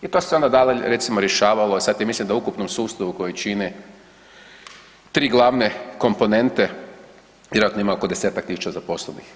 I to se onda dalje recimo rješavalo, sad je mislim da u ukupnom sustavu koji čini 3 glavne komponente, vjerovatno ima ok 10-ak tisuća zaposlenih.